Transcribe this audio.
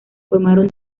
formaron